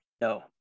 No